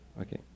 okay